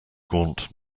gaunt